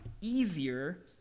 easier